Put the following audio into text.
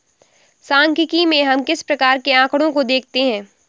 सांख्यिकी में हम किस प्रकार के आकड़ों को देखते हैं?